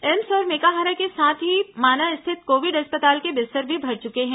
AIIMS और मेकाहारा के साथ ही माना स्थित कोविड अस्पताल के बिस्तर भी भर चुके हैं